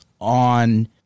on